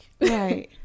Right